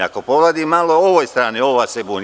Ako povladim malo ovoj strani, ona se buni.